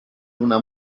una